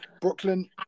Brooklyn